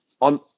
on